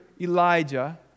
Elijah